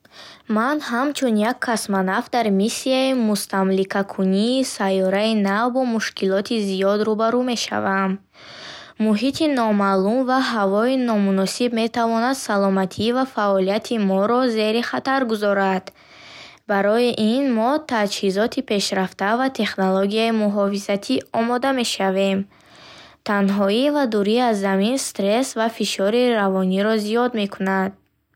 Ман ҳамчун як космонавт дар миссияи мустамликакунии сайёраи нав бо мушкилоти зиёд рӯ ба рӯ мешавам. Муҳити номаълум ва ҳавои номуносиб метавонад саломатӣ ва фаъолияти моро зери хатар гузорад. Барои ин, мо бо таҷҳизоти пешрафта ва технологияи муҳофизатӣ омода мешавем. Танҳоӣ ва дурӣ аз замин стресс ва фишори равониро зиёд мекунад.